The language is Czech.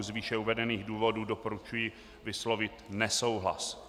Z výše uvedených důvodů doporučuji vyslovit nesouhlas.